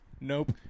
Nope